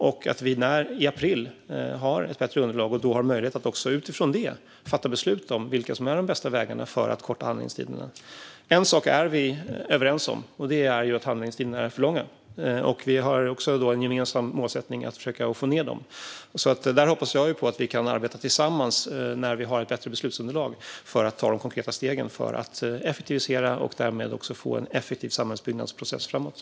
I april, när vi har ett bättre underlag, har vi möjlighet att utifrån det fatta beslut om vilka som är de bästa vägarna för att korta handläggningstiderna. En sak är vi överens om, och det är att handläggningstiderna är för långa. Vi har också en gemensam målsättning: att försöka få ned dem. Jag hoppas att vi kan arbeta tillsammans när vi har ett bättre beslutsunderlag med att ta konkreta steg för att effektivisera och därmed också få en effektiv samhällsbyggnadsprocess framöver.